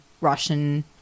Russian